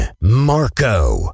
Marco